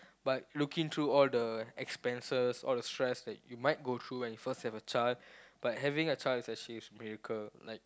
but looking through all the expenses all the stress that you might go through when you first have a child but having a child is actually spiritual